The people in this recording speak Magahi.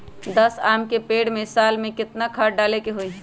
दस आम के पेड़ में साल में केतना खाद्य डाले के होई?